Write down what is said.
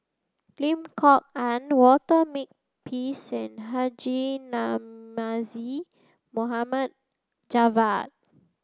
Lim Kok Ann Walter Makepeace Haji Namazie Mohamed Javad